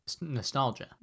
Nostalgia